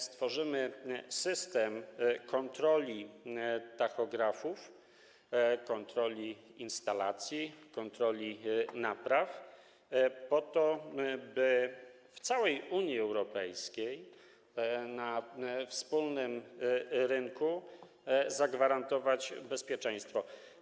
Stworzymy system kontroli tachografów, kontroli instalacji, kontroli napraw, po to by w całej Unii Europejskiej na wspólnym rynku zagwarantować bezpieczeństwo.